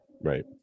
Right